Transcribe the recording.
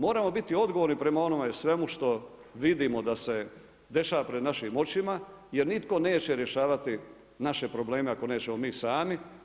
Moramo biti odgovorni prema onome svemu što vidimo da se dešava pred našim očima jer nitko neće rješavati naše probleme ako nećemo mi sami.